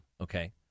Okay